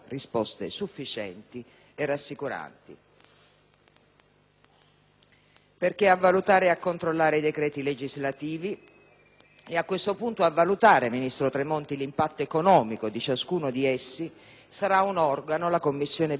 perché a valutare e a controllare i decreti legislativi e, a questo punto ministro Tremonti, a valutare l'impatto economico di ciascuno di essi, sarà un organo - la Commissione bicamerale - che non ha un potere in più rispetto alle Commissioni permanenti.